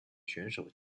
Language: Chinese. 选手